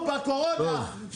בקורונה,